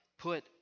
put